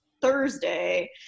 Thursday